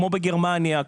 כמו בגרמניה,